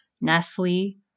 Nestle